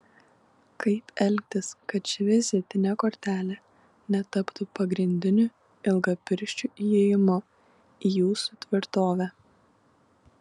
kaip elgtis kad ši vizitinė kortelė netaptų pagrindiniu ilgapirščių įėjimu į jūsų tvirtovę